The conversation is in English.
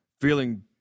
Feeling